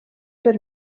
per